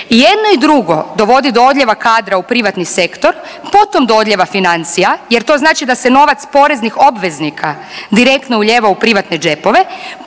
jedno i drugo dovodi do odljeva kadra u privatni sektor, potom do odljeva financija jer to znači da se novac poreznih obveznika direktno ulijeva u privatne džepove.